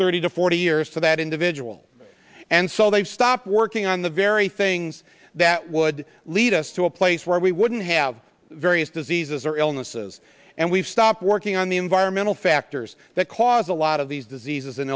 thirty to forty years for that individual and so they stop working on the very things that would lead us to a place where we wouldn't have various diseases or illnesses and we've stopped working on the environmental factors that cause a lot of these diseases i